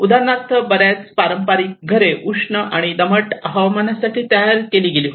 उदाहरणार्थ बर्याच पारंपारिक घरे उष्ण आणि दमट हवामानासाठी तयार केली गेली होती